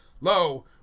lo